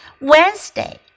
Wednesday